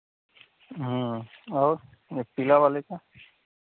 और यह पीला वाले का